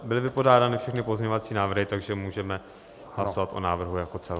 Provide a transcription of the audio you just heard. Byly vypořádány všechny pozměňovací návrhy, takže můžeme hlasovat o návrhu jako celku.